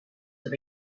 have